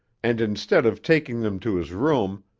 and instead of taking them to his room,